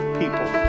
people